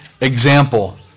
example